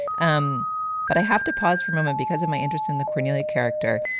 um but i have to pause for a moment because of my interest in the corneli character.